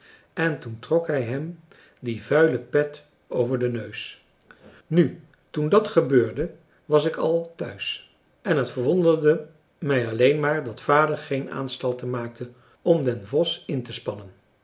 en toen trok hij hem die vuile pet over den neus nu toen dat gebeurde was ik al thuis en het verwonderde mij alleen maar dat vader geen aanstalten maakte om den vos in te spannen